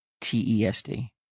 T-E-S-D